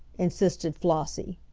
insisted flossie.